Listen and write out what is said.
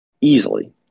easily